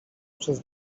przez